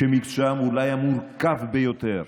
שמקצועם הוא אולי המורכב ביותר.